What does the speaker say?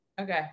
okay